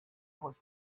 was